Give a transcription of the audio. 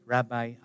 Rabbi